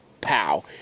pow